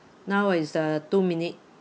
now is uh two minute